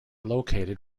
located